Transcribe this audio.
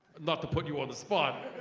not to put you on the spot.